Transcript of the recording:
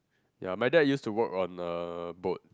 ya my dad used to work on a boat